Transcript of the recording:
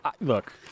Look